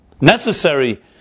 necessary